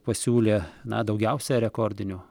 pasiūlė na daugiausia rekordinių